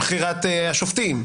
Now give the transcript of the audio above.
בבחירת השופטים,